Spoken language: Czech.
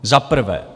Za prvé.